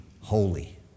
holy